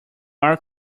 are